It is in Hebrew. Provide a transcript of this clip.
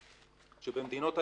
זה המשפט הבא.